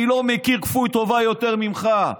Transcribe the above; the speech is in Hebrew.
אני לא מכיר כפוי טובה יותר ממך,